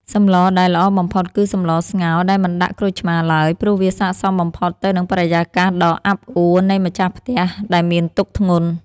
សម្លដែលល្អបំផុតគឺសម្លស្ងោរដែលមិនដាក់ក្រូចឆ្មារឡើយ ព្រោះវាសក្តិសមបំផុតទៅនឹងបរិយាកាសដ៏អាប់អួរនៃម្ចាស់ផ្ទះដែលមានទុក្ខធ្ងន់។